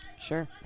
Sure